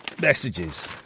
messages